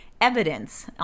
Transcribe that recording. evidence